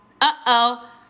uh-oh